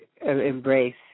embrace